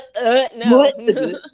no